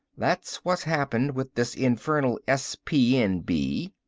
that's what's happened with this infernal s p n b.